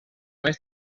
més